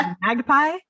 magpie